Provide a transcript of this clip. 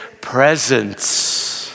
presence